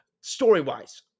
story-wise